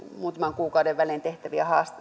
muutaman kuukauden välein tehtäviä